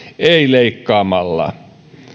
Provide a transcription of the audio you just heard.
ei leikkaamalla